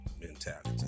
mentality